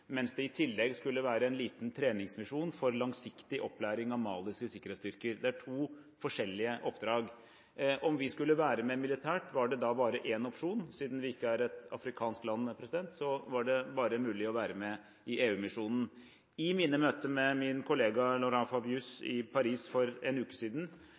tillegg skulle være en liten treningsmisjon for langsiktig opplæring av maliske sikkerhetsstyrker. Det er to forskjellige oppdrag. Om vi skulle være med militært, var det bare én opsjon. Siden vi ikke er et afrikansk land, var det bare mulig å være med i EU-misjonen. I mine møter med min kollega Laurent Fabius i Paris for en uke siden,